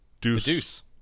Deuce